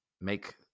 make